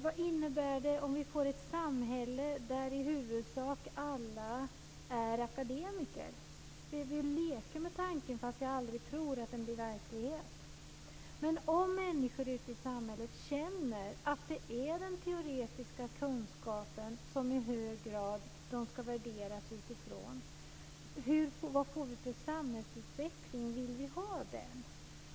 Vad innebär det om vi får ett samhälle där i huvudsak alla är akademiker? Vi leker med tanken, fast jag aldrig tror att den blir verklighet. Om människor ute i samhället känner att det är den teoretiska kunskapen som de i hög grad ska värderas utifrån, vad får vi då för samhällsutveckling? Vill vi ha den?